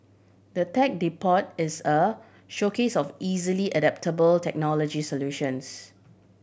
the Tech Depot is a showcase of easily adoptable technology solutions